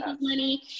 money